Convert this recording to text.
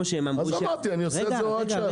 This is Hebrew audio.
שהם אמרו -- אז אמרתי אני אעשה את זה הוראת שעה,